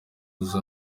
uzi